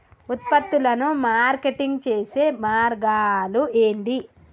ఉత్పత్తులను మార్కెటింగ్ చేసే మార్గాలు ఏంది?